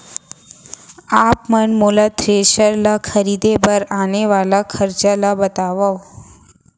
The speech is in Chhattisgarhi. आप मन मोला थ्रेसर ल खरीदे बर आने वाला खरचा ल बतावव?